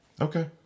Okay